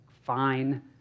fine